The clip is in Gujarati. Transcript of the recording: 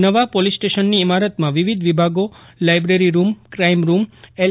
નવા પોલીસ સ્ટેશનની ઇમારતમાં વિવિધ વિભાગો library room crime room L